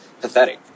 pathetic